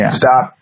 stop